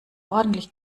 ordentlich